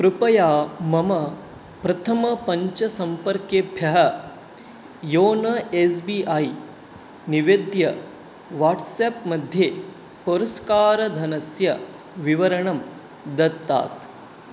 कृपया मम प्रथमपञ्चसम्पर्केभ्यः योनो एस् बी ऐ निवेद्य वाट्साप् मध्ये पुरस्कारधनस्य विवरणं दत्तात्